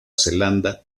zelanda